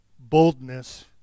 Boldness